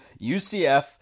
UCF